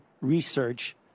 research